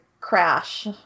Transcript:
crash